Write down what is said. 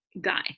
guy